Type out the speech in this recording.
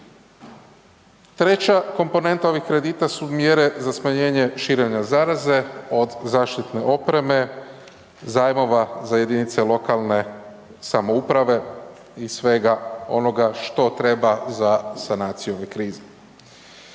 Treća komponenta ovih kredita su mjere za smanjenje širenja zaraze od zaštitne opreme, zajmova za jedinice lokalne samouprave i svega onoga što treba za sanaciju ove krize.